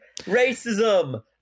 Racism